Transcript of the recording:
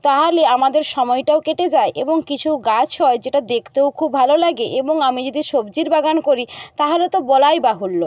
তাহলে আমাদের সময়টাও কেটে যায় এবং কিছু গাছ হয় যেটা দেখতেও খুব ভালো লাগে এবং আমি যদি সবজির বাগান করি তাহলে তো বলাই বাহুল্য